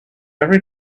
every